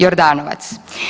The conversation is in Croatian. Jordanovac.